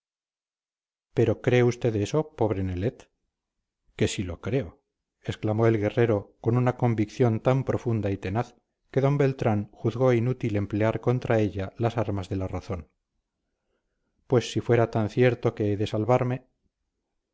pero cree usted eso pobre nelet que si lo creo exclamó el guerrero con una convicción tan profunda y tenaz que d beltrán juzgó inútil emplear contra ella las armas de la razón pues si fuera tan cierto que he de salvarme